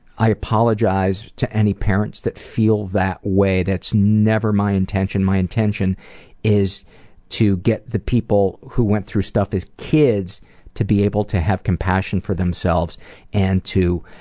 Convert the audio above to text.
i apologize to any parents that feel that way. that's never my intention. my intention is to get the people who went through stuff as kids to be able to have compassion for themselves and to.